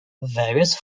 various